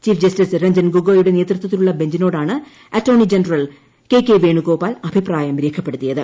chief justice Ranjan ഗൊഗോയുടെ നേതൃത്വത്തിലുള്ള ബെഞ്ചിനോടാണ് attorney general K K Venugopal അഭിപ്രായം രേഖപ്പെടുത്തിയത്